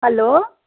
hello